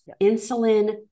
Insulin